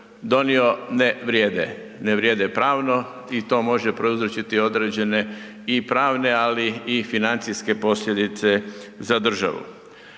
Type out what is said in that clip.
donio ne vrijede. Ne vrijeme pravno i to može prouzročiti određene i pravne, ali i financijske posljedice za državu.